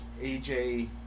AJ